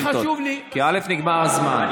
לא, לא, אני, חשוב לי, כי נגמר הזמן.